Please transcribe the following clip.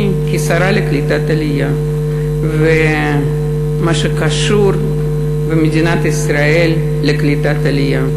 כשרה לקליטת העלייה ומה שקשור במדינת ישראל לקליטת העלייה.